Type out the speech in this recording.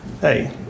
hey